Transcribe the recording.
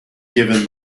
given